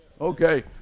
okay